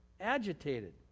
agitated